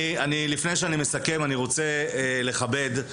לפני שאני מסכם אני רוצה לכבד,